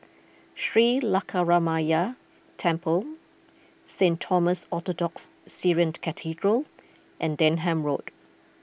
Sri Lankaramaya Temple Saint Thomas Orthodox Syrian Cathedral and Denham Road